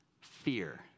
fear